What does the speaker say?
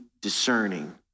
discerning